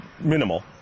Minimal